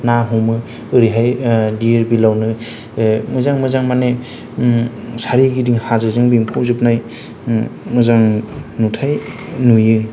ना हमो ओरैहाय धिरबिलआवनो मोजां मोजां माने सोरगिदिं हाजोजों बेंफबजोबनाय मोजां नुथाय नुयो